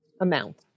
amount